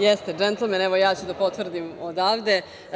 Jest džentlmen, evo ja ću da potvrdim odavde.